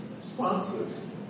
sponsors